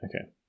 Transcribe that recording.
Okay